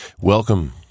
Welcome